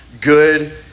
good